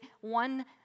one